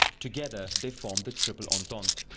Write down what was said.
together, they form the triple entente.